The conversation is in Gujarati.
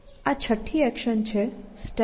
આ છઠ્ઠી એક્શન છે StackBD